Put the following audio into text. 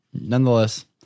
nonetheless